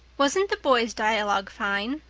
wasn't the boys' dialogue fine?